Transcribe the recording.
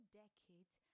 decades